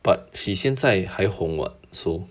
but she 现在还红 [what] so